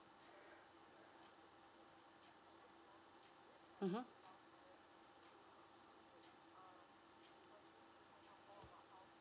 mmhmm